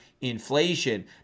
inflation